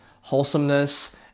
wholesomeness